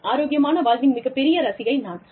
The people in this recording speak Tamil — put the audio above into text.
ஆரோக்கியமான வாழ்வின் மிகப்பெரிய ரசிகை நான்